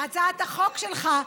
הצעת החוק שלך,